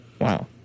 Wow